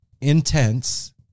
intense